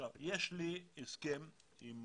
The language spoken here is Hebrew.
יש לי הסכם עם